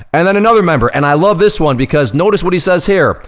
and then, another member, and i love this one because notice what he says here.